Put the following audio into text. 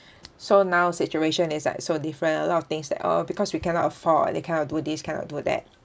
so now situation is like so different a lot of things that oh because we cannot afford they cannot do this cannot do that